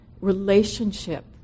relationship